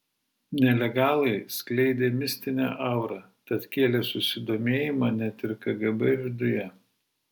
nelegalai skleidė mistinę aurą tad kėlė susidomėjimą net ir kgb viduje